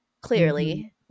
clearly